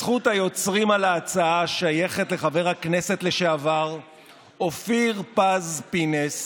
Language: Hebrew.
זכות היוצרים על ההצעה שייכת לחבר הכנסת לשעבר אופיר פינס-פז,